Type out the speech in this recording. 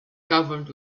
covered